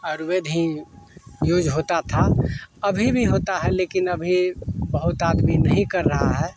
आयुर्वेद ही यूज होता था अभी भी होता है लेकिन अभी बहुत आदमी नहीं कर रहा है